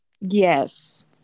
yes